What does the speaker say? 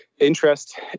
Interest